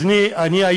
אז אני היום